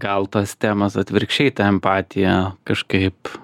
gal tos temos atvirkščiai ta empatija kažkaip